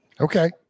Okay